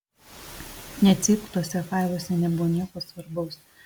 necypk tuose failuose nebuvo nieko svarbaus